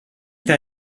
that